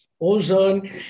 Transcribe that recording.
Ozone